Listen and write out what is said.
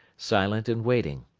silent and waiting.